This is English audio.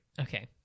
Okay